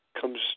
comes